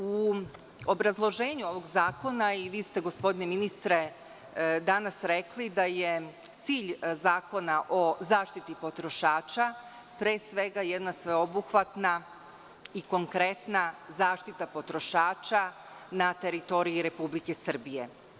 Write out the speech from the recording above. U obrazloženju ovog zakona, a i vi ste gospodine ministre danas rekli da je cilj Zakona o zaštiti potrošača pre svega jedna sveobuhvatna i konkretna zaštita potrošača na teritoriji Republike Srbije.